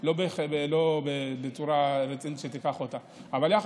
לא שתיקח אותה ברצינות.